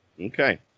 Okay